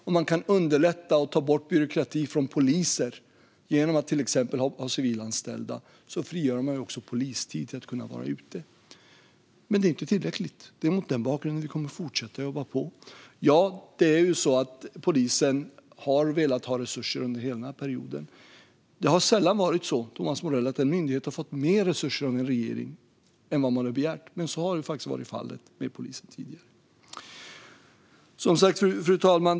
Om man kan underlätta för och ta bort byråkrati från poliser, till exempel genom att ha civilanställda, frigörs tid för poliser att vara ute. Men det är inte tillräckligt. Mot den bakgrunden kommer vi att fortsätta jobba på. Ja, polisen har velat ha resurser under hela perioden. En myndighet har sällan fått mer resurser av en regering än man har begärt, Thomas Morell. Men så har faktiskt varit fallet med polisen. Fru talman!